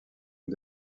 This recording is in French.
les